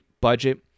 budget